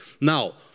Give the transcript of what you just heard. Now